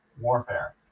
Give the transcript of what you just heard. warfare